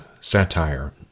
satire